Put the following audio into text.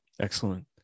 Excellent